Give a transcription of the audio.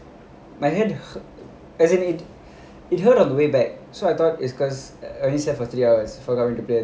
my head as in it it hurt on the way back so I thought is because I only slept for three hours because I went to play